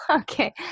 Okay